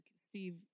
Steve